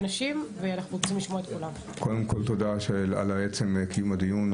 קודם כל, תודה על עצם קיום הדיון.